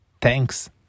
Thanks